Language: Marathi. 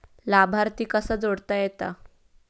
लाभार्थी कसा जोडता येता?